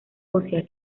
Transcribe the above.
ósea